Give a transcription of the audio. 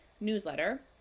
newsletter